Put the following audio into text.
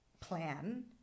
plan